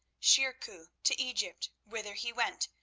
shirkuh, to egypt, whither he went,